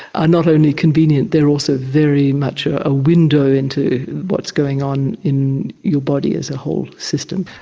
are not only convenient, they're also very much ah a window into what's going on in your body as a whole system.